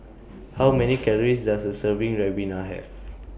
How Many Calories Does A Serving Ribena Have